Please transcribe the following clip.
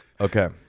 Okay